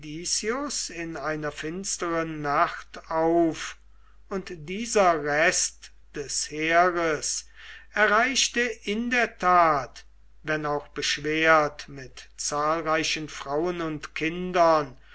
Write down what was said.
in einer finsteren nacht auf und dieser rest des heeres erreichte in der tat wenn auch beschwert mit zahlreichen frauen und kindern